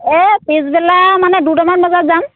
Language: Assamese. এই পিছবেলা মানে দুটামান বজাত যাম